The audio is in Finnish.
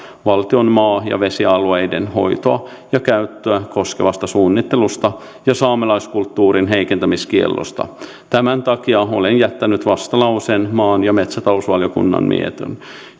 valtion maa ja vesialueiden hoitoa ja käyttöä koskevasta suunnittelusta ja saamelaiskulttuurin heikentämiskiellosta tämän takia olen jättänyt vastalauseen maa ja metsätalousvaliokunnan mietintöön